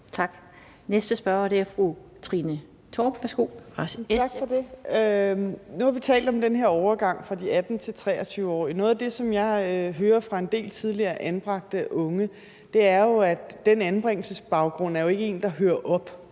Trine Torp (SF): Tak for det. Nu har vi talt om den her overgang for de 18-23-årige. Noget af det, jeg hører fra en del tidligere anbragte unge, er jo, at den anbringelsesbaggrund ikke er en, der hører op